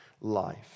life